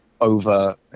over